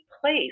place